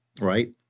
Right